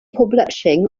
publishing